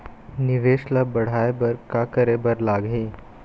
निवेश ला बड़हाए बर का करे बर लगही?